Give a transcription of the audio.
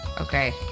okay